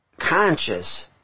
conscious